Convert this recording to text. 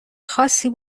خاصی